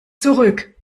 zurück